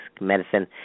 medicine